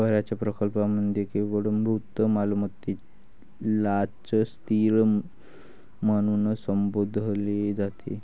बर्याच प्रकरणांमध्ये केवळ मूर्त मालमत्तेलाच स्थिर म्हणून संबोधले जाते